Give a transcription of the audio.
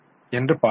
என்று பார்ப்போம்